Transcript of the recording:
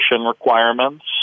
requirements